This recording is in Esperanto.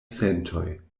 sentoj